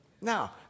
Now